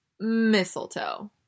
mistletoe